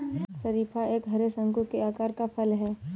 शरीफा एक हरे, शंकु के आकार का फल है